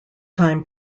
time